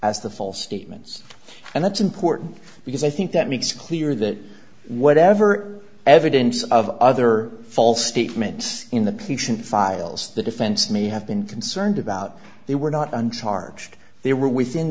as the false statements and that's important because i think that makes clear that whatever evidence of other false statements in the pollution files the defense may have been concerned about they were not uncharged they were within